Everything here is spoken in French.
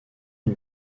une